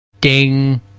ding